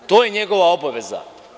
To je njegova obaveza.